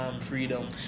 Freedom